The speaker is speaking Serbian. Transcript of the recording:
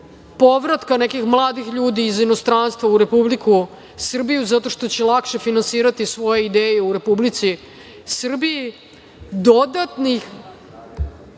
povratka nekih mladih ljudi iz inostranstva u Republiku Srbiju zato što će lakše finansirati svoje ideje u Republici Srbiji, dodatnih